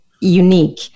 unique